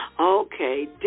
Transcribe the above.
Okay